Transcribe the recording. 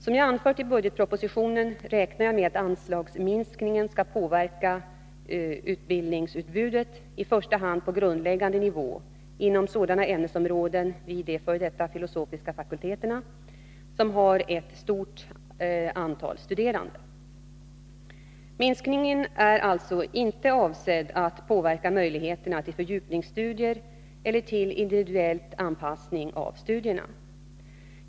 Som jag anfört i budgetpropositionen räknar jag med att anslagsminskningen skall påverka utbildningsutbudet i första hand på grundläggande nivå inom sådana ämnesområden vid de f. d. filosofiska fakulteterna som har ett stort antal studerande. Minskningen är alltså inte avsedd att påverka möjligheterna till fördjupningsstudier eller till individuell anpassning av studierna.